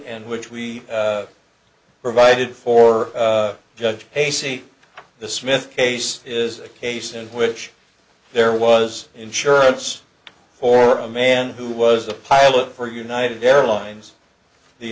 and which we provided for judge casey the smith case is a case in which there was insurance for a man who was a pilot for united airlines the